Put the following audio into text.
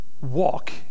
Walk